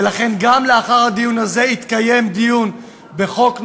ולכן, גם לאחר הדיון הזה יתקיים דיון בחוק נוסף,